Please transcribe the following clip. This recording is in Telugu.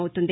అవుతుంది